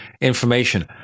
information